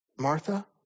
Martha